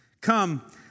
Come